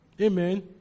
Amen